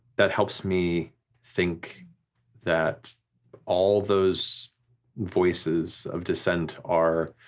that helps me think that all those voices of dissent are